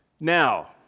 Now